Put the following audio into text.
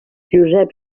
josep